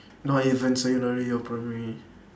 not even secondary or primary